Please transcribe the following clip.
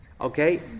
Okay